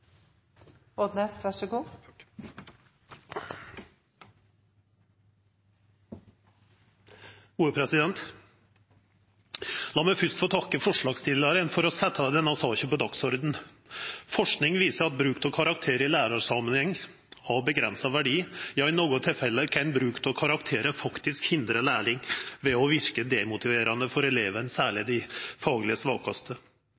La meg først få takke forslagsstillerne for å sette denne saken på dagsordenen. Forskning viser at bruk av karakterer i læringssammenheng har begrenset verdi – ja, i noen tilfeller kan bruk av karakterer faktisk hindre læring ved å virke demotiverende på elevene, særlig